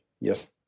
Yes